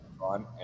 fun